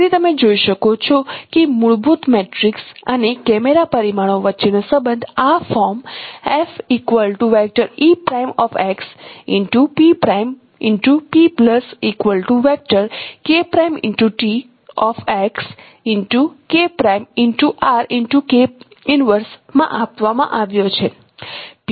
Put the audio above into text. તેથી તમે જોઈ શકો છો કે મૂળભૂત મેટ્રિક્સ અને કેમેરા પરિમાણો વચ્ચેનો સંબંધ આ ફોર્મ માં આપવામાં આવ્યો છે